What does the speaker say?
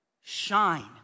shine